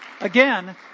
Again